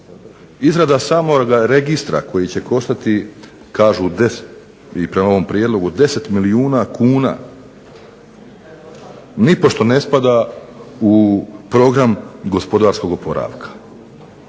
Izrada samoga registra koji će koštati kažu prema ovom prijedlogu 10 milijuna kuna, nipošto ne spada u Program gospodarskog oporavka.